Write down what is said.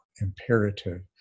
imperative